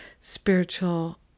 spiritual